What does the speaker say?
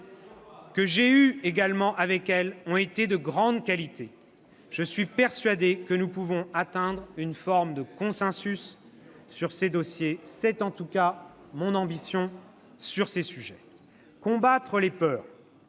que j'ai eus avec elles, ont été de grande qualité. Je suis persuadé que nous pouvons atteindre une forme de consensus sur ces dossiers. C'est mon ambition en tout cas. « Combattre les peurs,